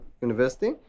University